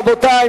רבותי.